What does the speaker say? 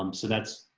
um so that's,